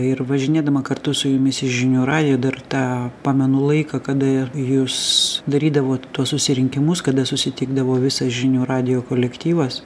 ir važinėdama kartu su jumis į žinių radiją dar tą pamenu laiką kada jūs darydavot tuos susirinkimus kada susitikdavo visas žinių radijo kolektyvas